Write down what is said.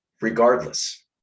regardless